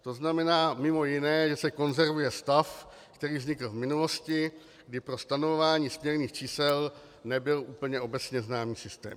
To znamená mimo jiné, že se konzervuje stav, který vznikl v minulosti, kdy pro stanovování směrných čísel nebyl úplně obecně známý systém.